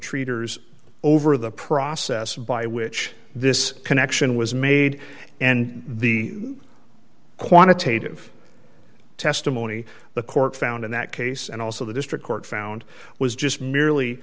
treaters over the process by which this connection was made and the quantitative testimony the court found in that case and also the district court found was just merely